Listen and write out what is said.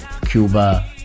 Cuba